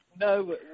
no